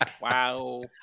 Wow